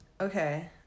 okay